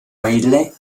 oírle